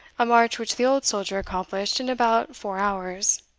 a march which the old soldier accomplished in about four hours.